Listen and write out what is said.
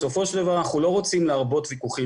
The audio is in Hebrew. בסופו של דבר אנחנו לא רוצים להרבות ויכוחים